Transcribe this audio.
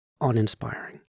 uninspiring